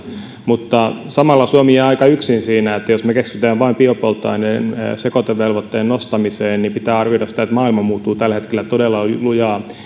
mutta samalla suomi jää aika yksin siinä jos me keskitymme vain biopolttoaineiden sekoitevelvoitteen nostamiseen pitää arvioida sitä että maailma muuttuu tällä hetkellä todella lujaa